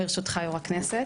ברשותך יו"ר הכנסת.